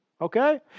Okay